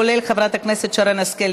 כולל חברת הכנסת שרן השכל,